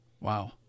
Wow